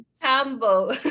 Campbell